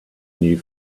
new